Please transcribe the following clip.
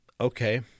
okay